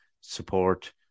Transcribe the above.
support